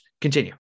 Continue